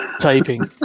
typing